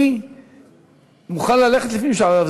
אני מוכן ללכת לפנים משורת הדין,